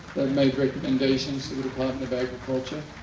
made recommendations to the department of agriculture.